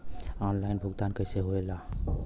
Online भुगतान कैसे होए ला?